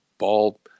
ball